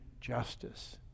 justice